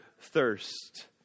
thirst